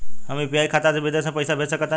हम यू.पी.आई खाता से विदेश म पइसा भेज सक तानि?